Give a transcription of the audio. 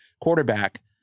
quarterback